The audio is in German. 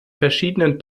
verschiedenen